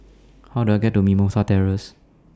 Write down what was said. How Do I get to Mimosa Terrace